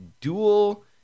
dual